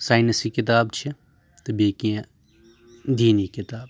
ساینٔسی کِتاب چھِ تہٕ بیٚیہِ کینٛہہ دیٖنی کِتاب تہِ